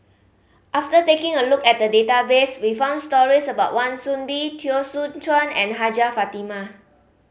after taking a look at the database we found stories about Wan Soon Bee Teo Soon Chuan and Hajjah Fatimah